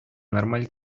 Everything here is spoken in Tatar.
нормаль